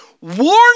Warn